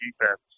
defense